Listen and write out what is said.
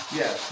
yes